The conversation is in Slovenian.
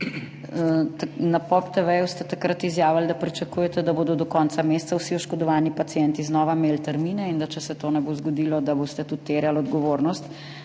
Na Pop TV ste takrat izjavili, da pričakujete, da bodo do konca meseca vsi oškodovani pacienti znova imeli termine, in da boste, če se to ne bo zgodilo, tudi terjali odgovornost